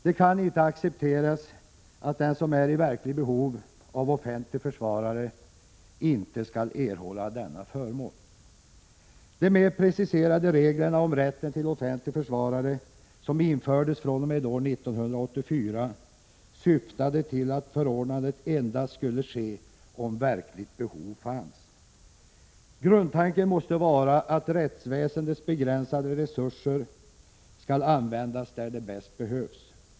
Det kan inte accepteras att den som är i verkligt behov av offentlig försvarare inte skall erhålla denna förmån. De mer preciserade reglerna om rätten till offentlig försvarare som infördes år 1984 syftade till att förordnandet endast skulle ske om verkligt behov fanns. Grundtanken måste vara att rättsväsendets begränsade resurser skall användas där de bäst behövs.